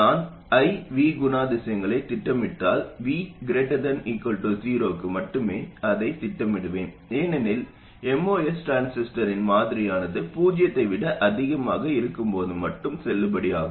நான் I V குணாதிசயங்களைத் திட்டமிட்டால் V 0 க்கு மட்டுமே அதைத் திட்டமிடுவேன் ஏனெனில் MOS டிரான்சிஸ்டரின் மாதிரியானது பூஜ்ஜியத்தை விட அதிகமாக இருக்கும்போது மட்டுமே செல்லுபடியாகும்